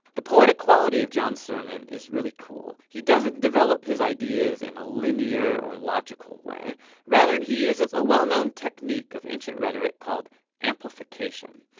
the poetic quality of john's sermon is really cool he doesn't develop his ideas in a linear or logical way rather he uses a well-known technique of ancient rhetoric called amplification.